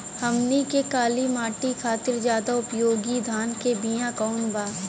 हमनी के काली माटी खातिर ज्यादा उपयोगी धान के बिया कवन बा?